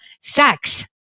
sex